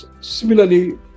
Similarly